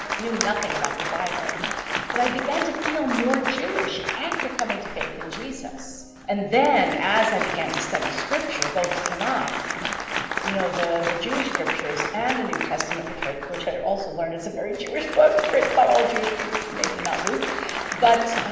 knew nothing, about the bible but i began to feel more jewish after coming to faith in jesus and then as i began to study scripture both turn off you know the the jewish scriptures and the new testament, which which which i also learned it's a very jewish book written by all jewish people maybe not luke but